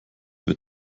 wird